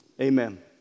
Amen